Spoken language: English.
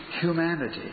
humanity